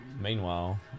Meanwhile